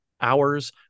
hours